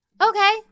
Okay